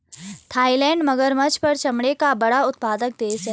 Thailand मगरमच्छ पर चमड़े का बड़ा उत्पादक देश है